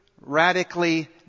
radically